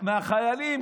מהחיילים,